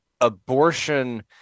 abortion